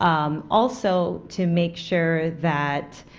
um also to make sure that